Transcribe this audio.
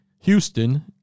Houston